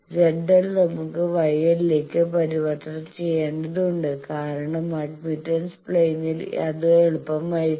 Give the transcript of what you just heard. ZL നമുക്ക് YL ലേക്ക് പരിവർത്തനം ചെയ്യേണ്ടതുണ്ട് കാരണം അഡ്മിറ്റൻസ് പ്ലെയിനിൽ അത് എളുപ്പമായിരിക്കും